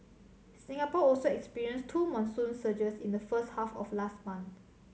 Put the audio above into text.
Singapore also experienced two monsoon surges in the first half of last month